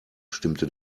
stimmte